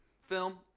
film